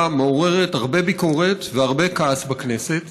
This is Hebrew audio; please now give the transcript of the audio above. מעוררת הרבה ביקורת והרבה כעס בכנסת,